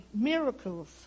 miracles